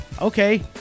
okay